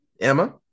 Emma